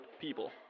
people